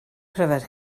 pryfed